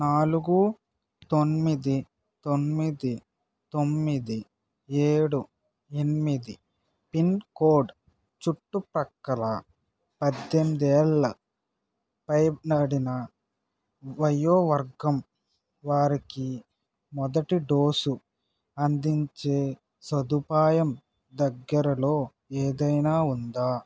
నాలుగు తొమ్మిది తొమ్మిది తొమ్మిది ఏడు ఎనిమిది పిన్ కోడ్ చుట్టుప్రక్కల పద్దెనిమిది ఏళ్లు పైనడిన వయోవర్గం వారికి మొదటి డోసు అందించే సదుపాయం దగ్గరలో ఏదైనా ఉందా